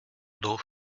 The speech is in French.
d’eau